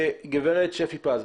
גברת שפי פז.